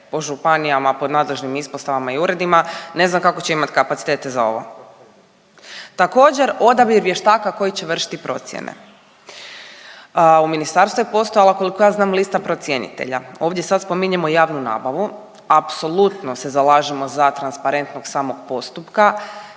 po županijama, po nadležnim ispostavama i uredima, ne znam kako će imati kapacitete za ovo. Također odabir vještaka koji će vršiti procjene. U ministarstvu je postojala koliko ja znam lista procjenitelja, ovdje sad spominjemo javnu nabavu. Apsolutno se zalažemo za transparentnost samog postupka